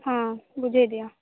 ହଁ ବୁଝେଇଦିଅ